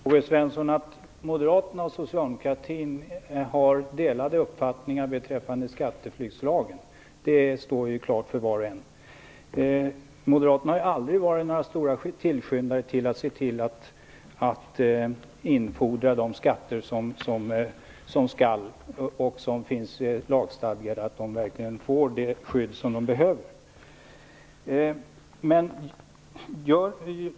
Fru talman! Att Moderaterna och socialdemokratin har delade uppfattningar beträffande skatteflyktslagen står klart för var och en, K-G Svensson. Moderaterna har aldrig varit stora tillskyndare av att infordra de skatter som skall infordras.